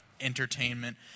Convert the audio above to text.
entertainment